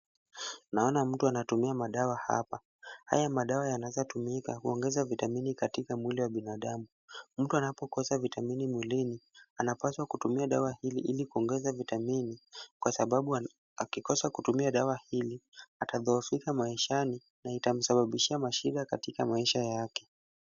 Naona mtu anatumia madawa hapa. Haya madawa yanaweza tumika kuongeza vitamini katika mwili wa binadamu. Mtu anapokosa vitamini mwilini anapaswa kutumia dawa hili ili kuongeza vitamini kwa sababu akikosa kutumia dawa hili atadhooofika maishani na itamsababishia mashida katika maisha yake.